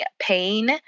pain